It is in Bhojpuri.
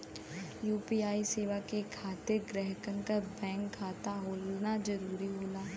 यू.पी.आई सेवा के खातिर ग्राहकन क बैंक खाता होना जरुरी होला